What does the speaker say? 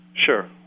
Sure